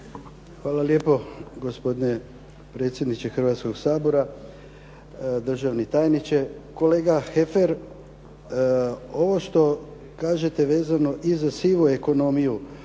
Hvala lijepo, gospodine predsjedniče Hrvatskoga sabora. Državni tajniče. Kolega Heffer, ovo što kažete vezano i za sivu ekonomiju